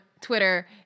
Twitter